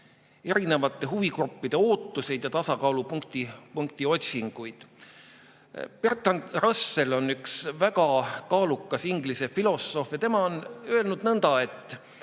eri huvigruppide ootuseid ja tasakaalupunkti otsinguid. Bertrand Russell on üks väga kaalukas inglise filosoof ja tema on öelnud nõnda, et